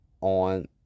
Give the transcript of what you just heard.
on